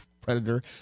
Predator